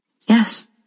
Yes